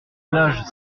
plages